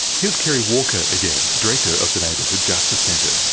here's kerry walker again, director of the neighbourhood justice centre.